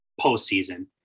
postseason